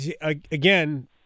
again